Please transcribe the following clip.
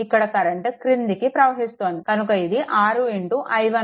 ఇక్కడ కరెంట్ క్రిందికి ప్రవహిస్తుంది కనుక ఇది 6 - VThevenin 0